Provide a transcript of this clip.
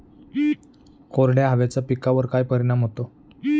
कोरड्या हवेचा पिकावर काय परिणाम होतो?